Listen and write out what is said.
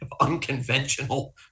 unconventional